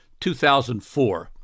2004